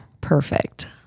perfect